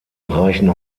reichen